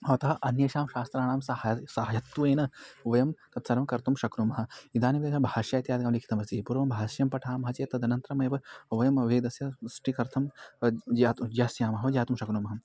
अतः अन्येषां शास्त्राणां सह सहायत्वेन वयं तत्सर्वं कर्तुं शक्नुमः इदानीं यन भाष्य इत्यादिकं लिखितमस्ति पूर्वं भाष्यं पठामः चेत् तदनन्तरमेव ओयम् वेदस्य सृष्टिकर्तुं ज्या ज्ञास्यामः ज्ञातुं शक्नुमः